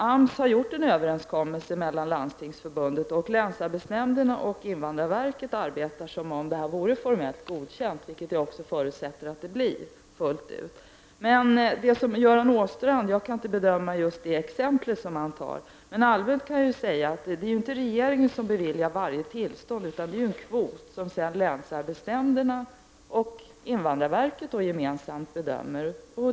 AMS har gjort en överenskommelse med Landstingsförbundet. Länsarbetsnämnderna och invandrarverket arbetar som om detta vore godkänt, vilket också jag förutsätter att det blir fullt ut. Jag kan inte bedöma just det exempel som Göran Åstrand har tagit upp. Allmänt kan jag säga att det inte är regeringen som beviljar varje enskilt tillstånd, utan det är fråga om en kvot som sedan länsarbetsnämnderna och invandrarverket bedömer.